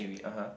(uh huh)